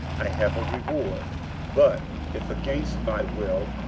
i have a reward but if against my will,